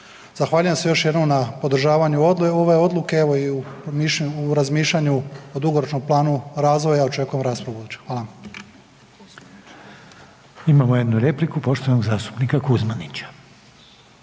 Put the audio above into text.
Zahvaljujem se još jednom na podržavanju ove odluke, evo i u razmišljanju o dugoročnom planu razvoja očekujem raspravu ubuduće. Hvala. **Reiner, Željko (HDZ)** Imamo jednu repliku poštovanog zastupnika Kuzmanića.